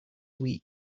weak